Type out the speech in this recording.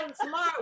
tomorrow